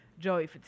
Joey